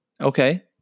Okay